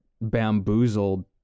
bamboozled